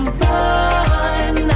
run